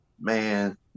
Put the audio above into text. Man